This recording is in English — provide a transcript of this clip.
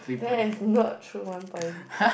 that is not true one point